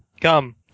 come